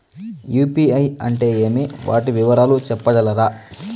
UPI అంటే ఏమి? వాటి వివరాలు సెప్పగలరా?